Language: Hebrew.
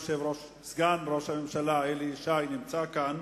סגן ראש הממשלה אלי ישי, נמצא כאן.